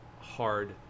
hard